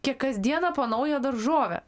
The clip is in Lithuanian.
kiek kas dieną po naują daržovę